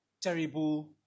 terrible